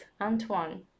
Antoine